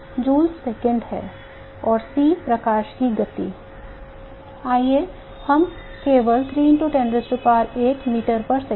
और c प्रकाश की गति आइए हम केवल 3 x 108 meters per second लिखें